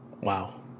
Wow